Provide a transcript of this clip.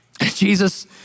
Jesus